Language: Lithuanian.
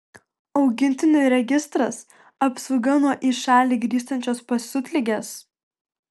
augintinių registras apsauga nuo į šalį grįžtančios pasiutligės